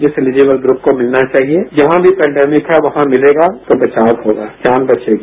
इस eligible group को मिलना चाहिए जहां भी पेंडेमिक है वहां मिलेगा तो बचाव होगा जान बचेगी